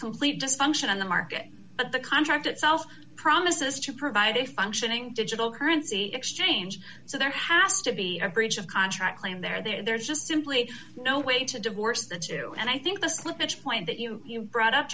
complete dysfunction on the market but the contract itself promises to provide a functioning digital currency exchange so there has to be a breach of contract claim there there's just simply no way to divorce the two and i think the slippage point that you brought up